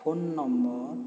phone number